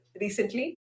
recently